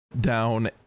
down